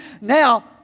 Now